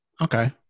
Okay